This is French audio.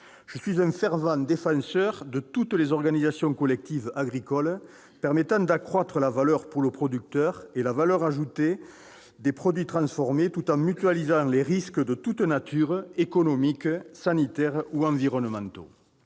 Je suis un fervent défenseur de toutes les organisations collectives agricoles permettant d'accroître la valeur pour le producteur et la valeur ajoutée des produits transformés, tout en mutualisant les risques de toutes natures, économiques, sanitaires ou environnementaux.